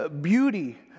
beauty